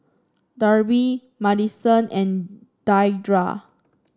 Darby Madyson and Deidra